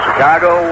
Chicago